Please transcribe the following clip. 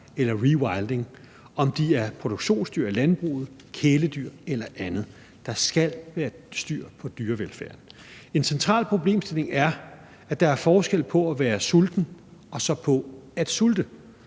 eller rewilding, om de er produktionsdyr i landbruget, kæledyr eller andet. Der skal være styr på dyrevelfærden. En central problemstilling er, at der er forskel på at være sulten og så det at sulte.